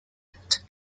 behält